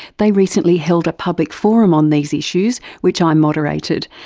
they recently held a public forum on these issues, which i moderated.